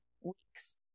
Weeks